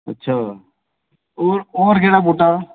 अच्छा होर होर केह्ड़ा बूह्टा